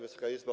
Wysoka Izbo!